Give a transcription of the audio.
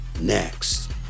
Next